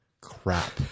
Crap